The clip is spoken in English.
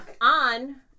On